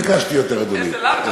לא ביקשתי יותר, אדוני.